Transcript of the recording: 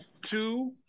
Two